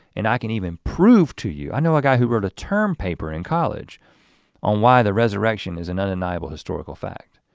and i can even prove to you. i know a guy who wrote a term paper in college on why the resurrection is an undeniable historical fact.